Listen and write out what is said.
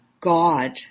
God